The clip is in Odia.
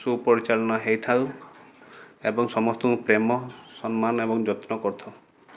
ସୁପରିଚାଳନ ହେଇଥାଉ ଏବଂ ସମସ୍ତଙ୍କୁ ପ୍ରେମ ସମ୍ମାନ ଏବଂ ଯତ୍ନ କରିଥାଉ